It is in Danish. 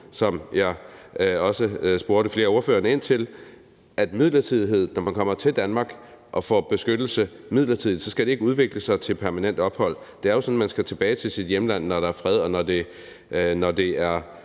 som jeg også spurgte flere af ordførerne ind til. For når man kommer til Danmark og får beskyttelse midlertidigt, skal det ikke udvikle sig til permanent ophold. Det er jo sådan, at man skal tilbage til sit hjemland, når der er fred, og når det er